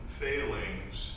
failings